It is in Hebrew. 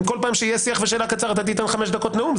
אם בכל פעם כשיהיה שיח ושאלה קצרים אתה תיתן חמש דקות נאום,